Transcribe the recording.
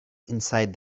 inside